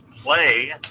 play